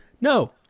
No